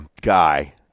guy